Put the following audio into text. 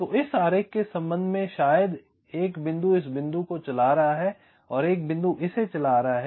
तो इस आरेख के संबंध में शायद एक बिंदु इस बिंदु को चला रहा है एक बिंदु इसे चला रहा है